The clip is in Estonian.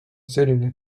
selline